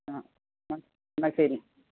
ആ ആ എന്നാൽ ശരി